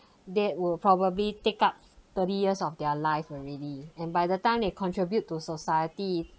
that will probably take up thirty years of their life already and by the time they contribute to society